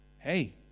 hey